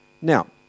Now